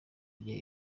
igihe